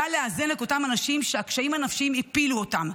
בא לאזן את אותם אנשים שהקשיים הנפשיים הפילו אותם.